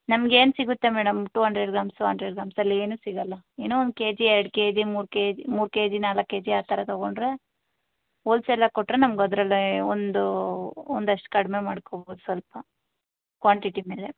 ನಮಗೇನು ಸಿಗುತ್ತೆ madam two hundred grams hundred ಗ್ರಾಮ್ಸಲ್ಲಿ ಏನೂ ಸಿಗಲ್ಲ ಏನೋ ಒಂದು ಕೆ ಜಿ ಎರಡು ಕೆ ಜಿ ಮೂರು ಕೆ ಮೂರು ಕೆ ಜಿ ನಾಲ್ಕು ಕೆ ಜಿ ಆ ಥರ ತೊಗೊಂಡ್ರೆ ಹೋಲ್ಸೆಲಾಗಿ ಕೊಟ್ಟರೆ ನಮಗೆ ಅದರಲ್ಲಿ ಒಂದು ಒಂದಷ್ಟು ಕಡಿಮೆ ಮಾಡ್ಕೋಬೋದು ಸ್ವಲ್ಪ ಕ್ವಾಂಟಿಟಿ ಮೇಲೆ